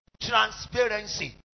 Transparency